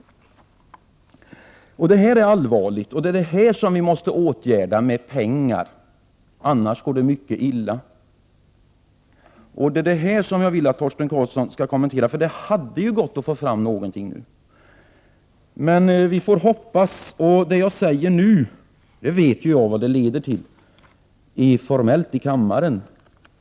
Det här är allvarligt, och det måste vi åtgärda med pengar, annars går det mycket illa. Det är det här som jag vill att Torsten Karlsson skall kommentera, för det hade ju gått att få fram någonting nu. Men vi får hoppas. Det jag säger nu vet jag ju vad det leder till, formellt i kammaren.